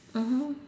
mmhmm